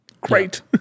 great